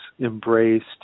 embraced